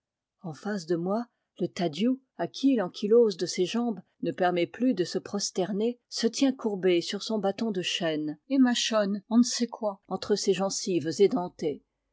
en face de moi le tadiou à qui l'ankylose de ses jambes ne permet plus de se prosterner se tient courbé sur son bâton de chêne et mâchonne on ne sait quoi entre ses gencives édentées